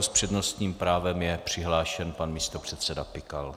S přednostním právem je přihlášen pan místopředseda Pikal.